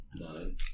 Nine